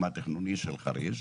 התכנוני של חריש.